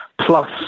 Plus